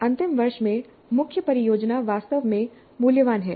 अंतिम वर्ष में मुख्य परियोजना वास्तव में मूल्यवान है